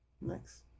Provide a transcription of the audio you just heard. Next